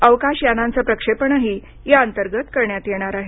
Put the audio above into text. अवकाश यांनांचं प्रक्षेपणही या अंतर्गत करण्यात येणार आहे